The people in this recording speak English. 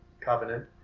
Covenant